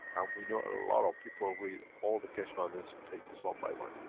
we know a lot of people read all the keshe foundation pages one by one.